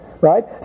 Right